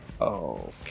Okay